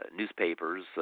Newspapers